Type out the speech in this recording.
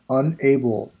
unable